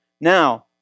Now